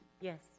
Yes